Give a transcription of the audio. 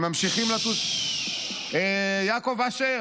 יעקב אשר,